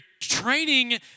training